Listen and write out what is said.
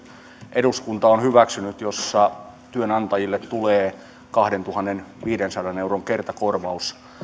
eduskunta on hyväksynyt hallituksen esityksen jossa työnantajille tulee kahdentuhannenviidensadan euron kertakorvaus